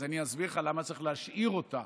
אז אני אסביר לך למה צריך להשאיר אותה.